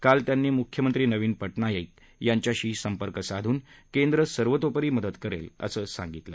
काल त्यांनी मुख्यमंत्री नवीन पटनाईक यांच्याशीही संपर्क साधून केंद्र सर्वतोपरी मदत करेल असं सांगितलं